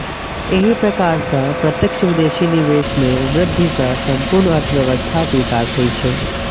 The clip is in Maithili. एहि प्रकार सं प्रत्यक्ष विदेशी निवेश मे वृद्धि सं संपूर्ण अर्थव्यवस्थाक विकास होइ छै